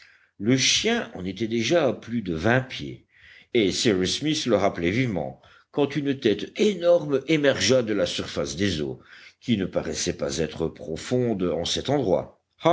le chien en était déjà à plus de vingt pieds et cyrus smith le rappelait vivement quand une tête énorme émergea de la surface des eaux qui ne paraissaient pas être profondes en cet endroit